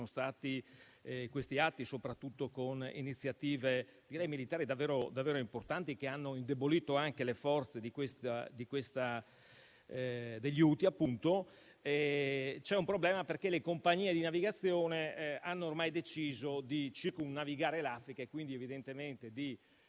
questi atti, soprattutto con iniziative militari davvero importanti, che hanno indebolito anche le forze degli Houthi, le compagnie di navigazione hanno ormai deciso di circumnavigare l'Africa e quindi le conseguenze